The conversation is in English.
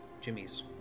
Jimmy's